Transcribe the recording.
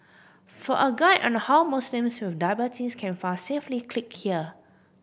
for a guide on how Muslims with diabetes can fast safely click here